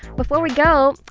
before we go,